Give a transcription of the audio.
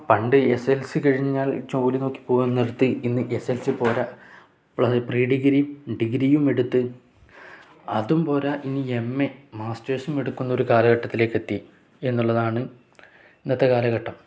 പണ്ട് എസ് എൽ സി കഴിഞ്ഞാൽ ജോലി നോക്കി പോല് നിർത്തി ഇന്ന് എസ് എൽ സി പോരാ പ്രീഡിഗ്രിയും ഡിഗ്രിയും എടുത്ത് അതും പോരാ ഇനി എം എ മാസ്റ്റേഴ്സും എടുക്കുന്ന ഒരു കാലഘട്ടത്തിലേക്കെത്തി എന്നുള്ളതാണ് ഇന്നത്തെ കാലഘട്ടം